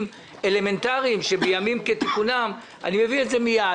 אלמנטריים שבימים כתיקונם אני מביא אותם מיד,